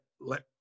let